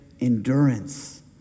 endurance